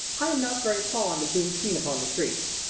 i am not very fond of being seen upon the streets.